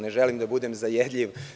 Ne želim da budem zajedljiv.